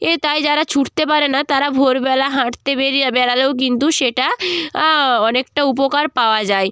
এ তাই যারা ছুটতে পারে না তারা ভোরবেলা হাঁটতে বেরিয়ে বেরোলেও কিন্তু সেটা আ অনেকটা উপকার পাওয়া যায়